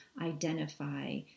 identify